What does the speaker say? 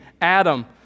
Adam